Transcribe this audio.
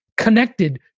Connected